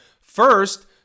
First